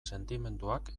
sentimenduak